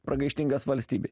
pragaištingas valstybei